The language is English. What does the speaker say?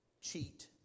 cheat